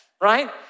right